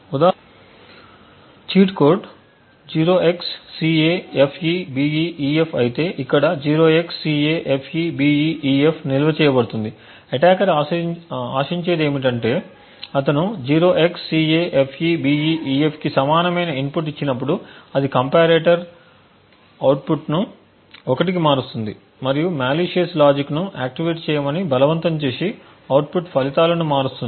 ఉదాహరణకు cheat code 0xCAFEBEEF అయితే ఇక్కడ 0xCAFEBEEF నిల్వ చేయబ డుతుంది అటాకర్ ఆశించేది ఏమిటంటే అతను 0xCAFEBEEF కి సమానమైన ఇన్పుట్ ఇచ్చినప్పుడు అది కంపారేటర్ అవుట్పుట్ను 1 కి మారుస్తుంది మరియు మాలిసియస్ లాజిక్ను ఆక్టివేట్ చేయమని బలవంతం చేసి అవుట్పుట్ ఫలితాలను మారుస్తుంది